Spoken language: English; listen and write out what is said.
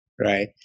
Right